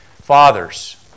Fathers